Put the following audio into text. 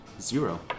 zero